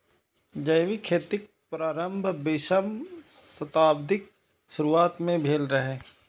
जैविक खेतीक प्रारंभ बीसम शताब्दीक शुरुआत मे भेल रहै